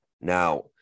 Now